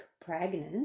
pregnant